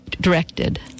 directed